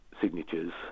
signatures